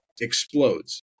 explodes